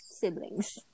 siblings